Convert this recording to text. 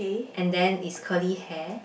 and then is curly hair